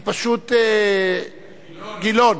גילאון.